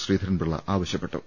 ശ്രീധരൻപിള്ള ആവശ്യപ്പെട്ടു